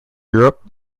europe